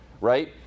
right